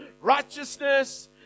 Righteousness